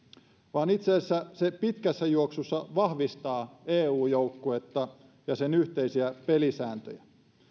vaan itse asiassa se pitkässä juoksussa vahvistaa eu joukkuetta ja sen yhteisiä pelisääntöjä